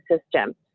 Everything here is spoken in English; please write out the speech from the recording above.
system